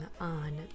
On